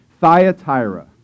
Thyatira